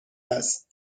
است